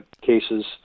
cases